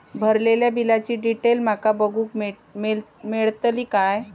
भरलेल्या बिलाची डिटेल माका बघूक मेलटली की नाय?